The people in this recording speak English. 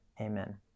amen